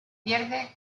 pierde